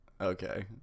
Okay